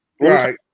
Right